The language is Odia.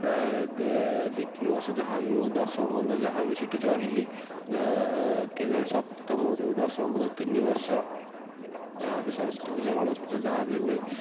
ପ୍ରାୟ ଦେ ଦୁଇ ତିନି ବର୍ଷ ଯାହାବି ମୁଁ ଦଶମ ପର୍ଯ୍ୟନ୍ତ ଯାହାବି ସେଇଠି ରହିଲି ଆ କେବେ ସପ୍ତମ ରୁ ଦଶମ ପର୍ଯ୍ୟନ୍ତ ତିନିବର୍ଷ ଯାହା ବି ସରସ୍ବତୀ ପୂଜା ଗଣେଶ ପୂଜା ଯାହାବି ହୁଏ